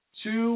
Two